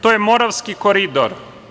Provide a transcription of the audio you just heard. To je Moravski koridor.